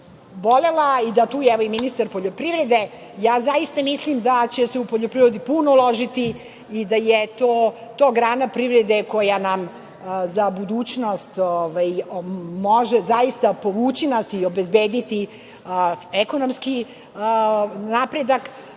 volela, tu je i ministar poljoprivrede. Mislim da će se u poljoprivredi puno uložiti i da je to grana privrede koja nam za budućnost može zaista povući i obezbediti ekonomski napredak,